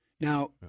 Now